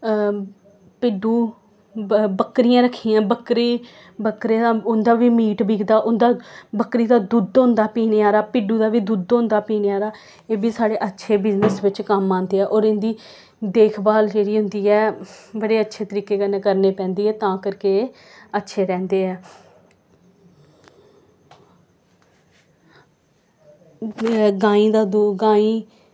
भिड्डू बक्करियां रक्खी दियां बक्करी बक्करे दा उं'दा बी मीट बिकदा उं'दा बक्करी दा दुद्ध होंदा पीने आह्ला भिड्डू दा बी दुद्ध होंदा पीने आह्ला एह् बी साढ़े अच्छे बिज़नस बिच्च कम्म आंदे ऐ होर इंदी देखभाल जेह्ड़ी होंदी ऐ बड़े अच्छे तरीके कन्नै करने पैंदी ऐ तां करके एह् अच्छे रैंह्दे ऐ गाईं दा दु गाईं